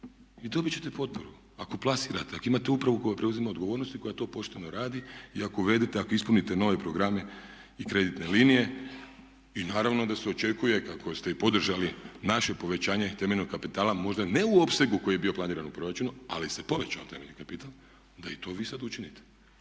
i dobit ćete potporu ako plasirate, ako imate upravu koja preuzima odgovornost i koja to pošteno radi i ako uvedete, ako ispunite nove programe i kreditne linije. I naravno da se očekuje kako ste i podržali naše povećanje temeljnog kapitala možda ne u opsegu koji je bio planiran u proračunu, ali se povećao temeljni kapital da i to vi sad učinite.